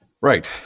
right